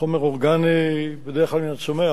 חומר אורגני, בדרך כלל מן הצומח,